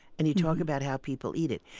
and you talk about how people eat it.